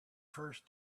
first